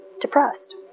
depressed